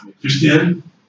Christian